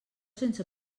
sense